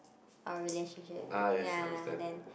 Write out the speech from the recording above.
our relationship ya then